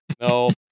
no